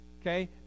okay